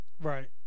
Right